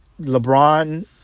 LeBron